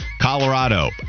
Colorado